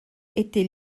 était